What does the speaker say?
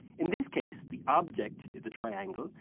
in this case, the object is the triangle,